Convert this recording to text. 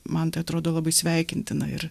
man atrodo labai sveikintina ir